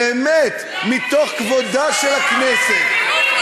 באמת מפאת כבודה של הכנסת, אתם מבינים?